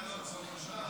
התשפ"ד 2024,